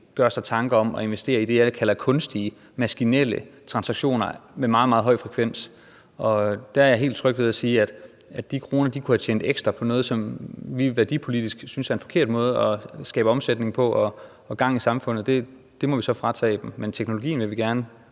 gør sig tanker om at investere i det, jeg kalder kunstige, maskinelle transaktioner med meget, meget høj frekvens, og der er jeg helt tryg ved at sige, at de kroner, de kunne have tjent ekstra på noget, som vi værdipolitisk synes er en forkert måde at skabe omsætning på og gang i samfundet på, må vi så fratage dem, men teknologien vil vi gerne